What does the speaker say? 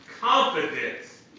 confidence